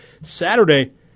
Saturday